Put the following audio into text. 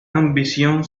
ambición